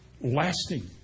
lasting